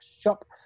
shop